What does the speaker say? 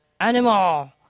animal